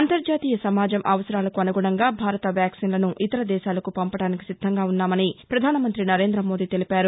అంతర్జాతీయ సమాజం అవసరాలకు అనుగుణంగా భారత వ్యాక్సిన్లను ఇతరదేశాలకు పంపడానికి సిద్దంగా ఉన్నామని పధానమంతి నరేందమోదీ తెలిపారు